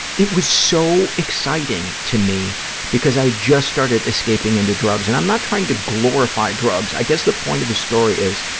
it was so exciting to me because i had just started escaping into drugs. and i'm not trying to glorify drugs. i guess the point of the story is,